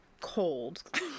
cold